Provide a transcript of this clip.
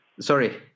sorry